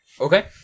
Okay